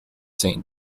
saint